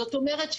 זאת אומרת,